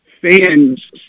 fans